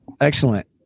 Excellent